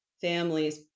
families